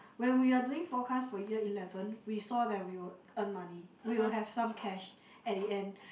when we are doing forecast for year eleven we saw that we will earn money we will have some cash at the end